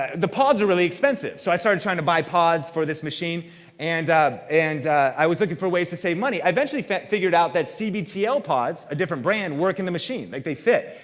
the pods are really expensive. so i started trying to buy pods for this machine and and i was looking for ways to save money. i eventually figured out that cbtl pods, a different brand, work in the machine. like they fit.